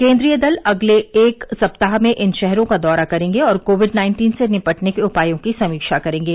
केन्द्रीय दल अगले एक सप्ताह में इन शहरों का दौरा करेंगे और कोविड नाइन्टीन से निपटने के उपायों की समीक्षा करेंगे